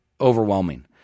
overwhelming